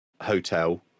hotel